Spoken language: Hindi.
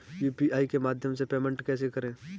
यू.पी.आई के माध्यम से पेमेंट को कैसे करें?